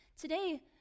Today